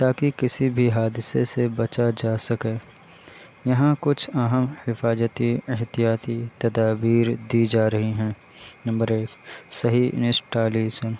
تاکہ کسی بھی حادثے سے بچا جا سکے یہاں کچھ اہم حفاظتی احتیاطی تدابیر دی جا رہی ہیں نمبر ایک صحیح انسٹالیشن